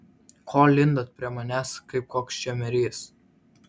ko lindot prie manęs kaip koks čemerys